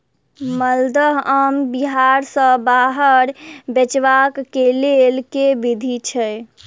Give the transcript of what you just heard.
माल्दह आम बिहार सऽ बाहर बेचबाक केँ लेल केँ विधि छैय?